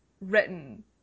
written